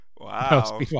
Wow